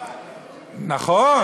נכון.